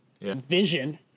vision